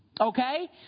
Okay